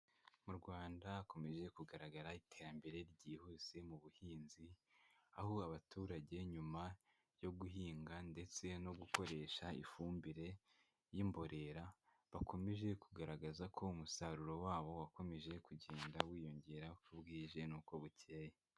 Mu Rwanda hakomeje kugaragara iterambere ryihuse mu buhinzi, aho abaturage nyuma yo guhinga ndetse no gukoresha ifumbire y'imborera bakomeje kugaragaza ko umusaruro wabo wakomeje kugenda wiyongera uko bwije n'uko bukeye.